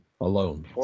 alone